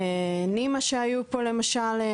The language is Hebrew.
נימה שהיו פה למשל.